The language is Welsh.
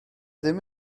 ddim